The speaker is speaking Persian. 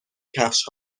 کفش